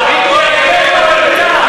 אמת לאמיתה,